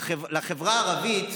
שלחברה הערבית